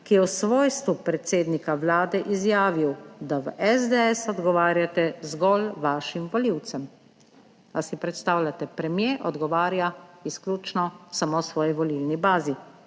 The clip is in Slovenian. ki je v svojstvu predsednika Vlade izjavil, da v SDS odgovarjate zgolj vašim volivcem. Ali si predstavljate? Premier odgovarja izključno samo svoji volilni bazi